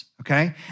Okay